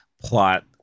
plot